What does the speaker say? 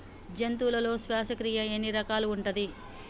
జంతువులలో శ్వాసక్రియ ఎన్ని రకాలు ఉంటది?